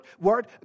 word